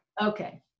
Okay